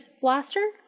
Blaster